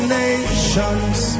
nations